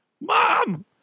Mom